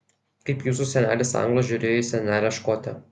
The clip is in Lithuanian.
kaip jūsų senelis anglas žiūrėjo į senelę škotę